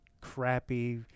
crappy